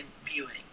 viewing